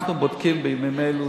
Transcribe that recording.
אנחנו בודקים בימים אלו,